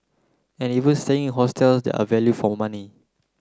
and even staying in hostels that are value for money